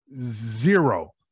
Zero